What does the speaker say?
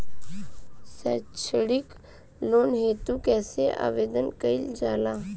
सैक्षणिक लोन हेतु कइसे आवेदन कइल जाला?